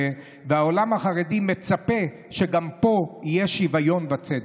הזה, והעולם החרדי מצפה שגם פה יהיו שוויון וצדק.